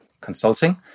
consulting